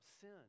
sin